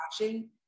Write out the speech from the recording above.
watching